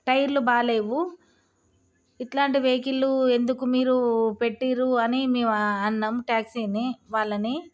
టైర్లు బాగలేవు ఇట్లాంటి వెహికల్లు ఎందుకు మీరు పెట్టినారు అని మేము అన్నాం ట్యాక్సీని వాళ్ళని